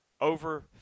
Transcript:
over